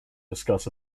discuss